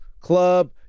club